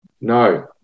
No